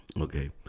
okay